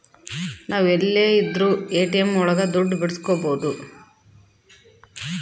ನಾವ್ ಎಲ್ಲೆ ಇದ್ರೂ ಎ.ಟಿ.ಎಂ ಒಳಗ ದುಡ್ಡು ಬಿಡ್ಸ್ಕೊಬೋದು